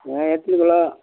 ஆ எத்தினை கிலோ